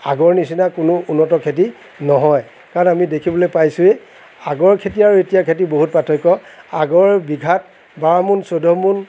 আগৰ নিচিনা কোনো উন্নত খেতি নহয় কাৰণ আমি দেখিবলৈ পাইছোঁৱেই আগৰ খেতি আৰু এতিয়াৰ খেতিৰ বহুত পাৰ্থক্য আগৰ বিঘাত বাৰমোন চৈধ্যমোন